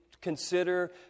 consider